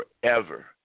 forever